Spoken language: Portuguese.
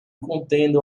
contendo